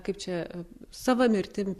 kaip čia sava mirtim